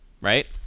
right